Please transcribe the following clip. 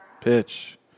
pitch